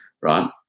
right